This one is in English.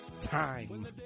time